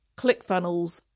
ClickFunnels